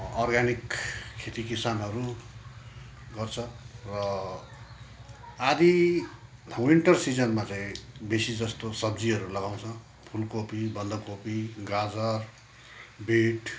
organic खेती किसानहरू गर्छ र आदि विन्टर सिजनमा चाहिँ बेसी जस्तो सब्जीहरू लगाउँछ फुलकोपी बन्दकोपी गाजर बिट